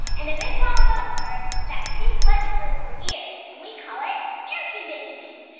and a big wow about her is that she sweats through her ears, and we call it ear conditioning.